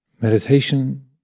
meditation